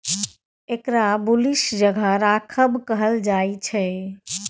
एकरा बुलिश जगह राखब कहल जायछे